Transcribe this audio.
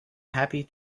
happy